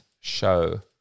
show